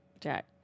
Jack